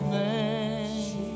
name